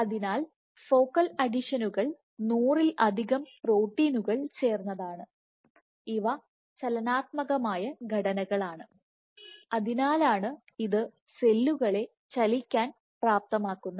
അതിനാൽ ഫോക്കൽ അഡീഷനുകൾ നൂറിലധികം പ്രോട്ടീനുകൾ ചേർന്നതാണ് ഇവ ചലനാത്മകമായ ഘടനകളാണ് അതിനാലാണ് ഇത് സെല്ലുകളെ ചലിക്കാൻ പ്രാപ്തമാക്കുന്നത്